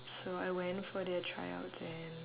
so I went for their tryouts and